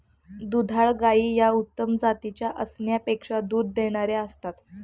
दुधाळ गायी या उत्तम जातीच्या असण्यापेक्षा दूध देणाऱ्या असतात